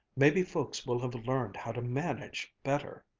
maybe folks will have learned how to manage better.